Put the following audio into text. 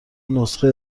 نسخه